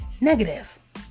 Negative